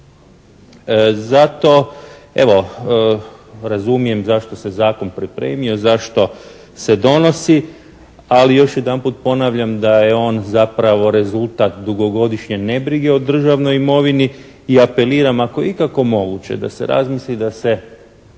Zato, evo razumijem zašto se zakon pripremio, zašto se donosi, ali još jedanput ponavljam da je on zapravo rezultat dugogodišnje nebrige o državnoj imovini i apeliram ako je ikako moguće da se razmisli da se